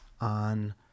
on